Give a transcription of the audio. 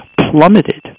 plummeted